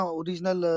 original